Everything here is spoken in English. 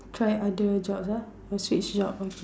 try other jobs ah or switch jobs okay